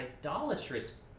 idolatrous